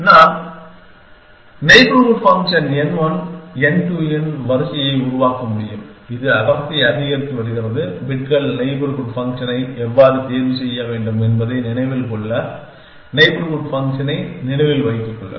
நான் neighbourhood function n1 n2 இன் வரிசையை உருவாக்க முடியும் இது அடர்த்தியை அதிகரித்து வருகிறது பிட்கள் நெய்பர்ஹூட் ஃபங்க்ஷனை எவ்வாறு தேர்வு செய்ய வேண்டும் என்பதை நினைவில் கொள்ள நெய்பர்ஹூட் ஃபங்க்ஷனை நினைவில் வைத்துக் கொள்ளுங்கள்